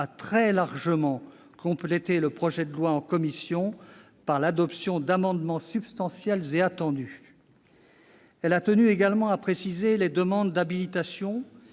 a très largement complété le projet de loi en adoptant des amendements substantiels et attendus. Elle a également tenu à préciser les demandes d'habilitation